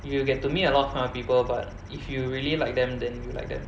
you get to meet a lot of kind of people but if you really like them then you like them